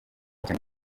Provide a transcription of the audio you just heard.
cyane